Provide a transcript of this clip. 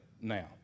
now